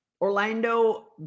Orlando